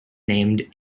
named